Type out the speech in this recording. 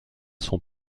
sont